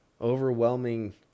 overwhelming